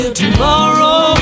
tomorrow